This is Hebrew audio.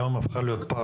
היום היא הפכה להיות פארק,